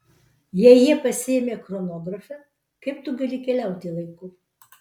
jei jie pasiėmė chronografą kaip tu gali keliauti laiku